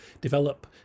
develop